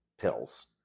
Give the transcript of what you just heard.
pills